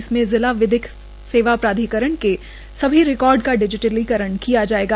इसमें जिला विधिक सेवा प्राधिकरण के सभी रिकार्ड का डिजीटलीकरण किया जायेगा